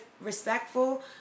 respectful